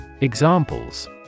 Examples